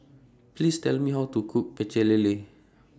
Please Tell Me How to Cook Pecel Lele